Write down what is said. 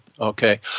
okay